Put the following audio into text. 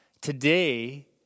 Today